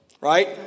Right